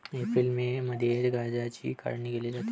April May मध्ये गांजाची काढणी केली जाते